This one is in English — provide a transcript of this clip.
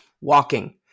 walking